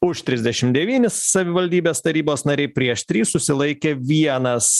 už trisdešim devynis savivaldybės tarybos nariai prieš trys susilaikė vienas